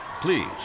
Please